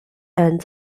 and